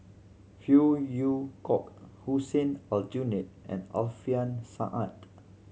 Phey Yew Kok Hussein Aljunied and Alfian Sa'at